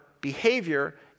behavior